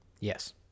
Yes